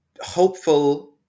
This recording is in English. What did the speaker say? hopeful